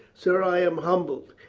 sir, i am humbled,